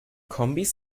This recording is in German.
kombis